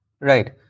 Right